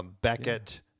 Beckett